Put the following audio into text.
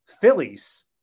Phillies